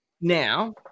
Now